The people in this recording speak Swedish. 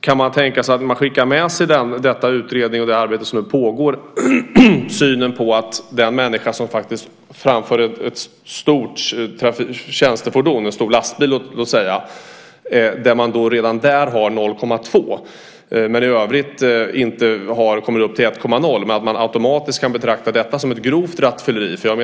Kan man tänka sig att när det gäller utredningen och det arbete som nu pågår skicka med synen på att det beträffande den person som framför ett stort tjänstefordon - låt säga en stor lastbil - och som visar på 0,2 % men i övrigt inte kommer upp till 1,0 % automatiskt kan betraktas som grovt rattfylleri?